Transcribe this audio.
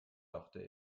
dachte